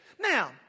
Now